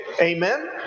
amen